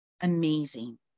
amazing